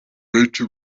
benshi